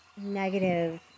negative